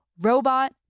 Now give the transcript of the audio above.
Robot